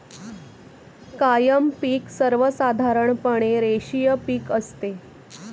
कायम पिक सर्वसाधारणपणे रेषीय पिक असते